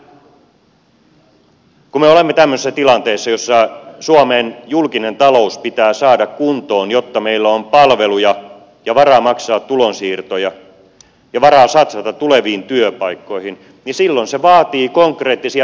kun me olemme tämmöisessä tilanteessa jossa suomen julkinen talous pitää saada kuntoon jotta meillä on palveluja ja varaa maksaa tulonsiirtoja ja varaa satsata tuleviin työpaikkoihin silloin se vaatii konkreettisia toimenpiteitä